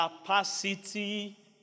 capacity